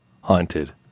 haunted